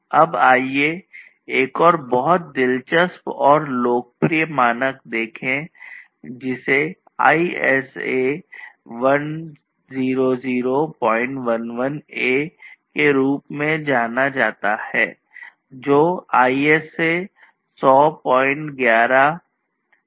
अब आइए एक और बहुत दिलचस्प और लोकप्रिय मानक देखें जिसे ISA 10011a के रूप में जाना जाता है जो ISA 10011 श्रृंखला से संबंधित है